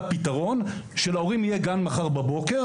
פתרון כדי שלהורים יהיה גן מחר בבוקר.